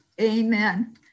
Amen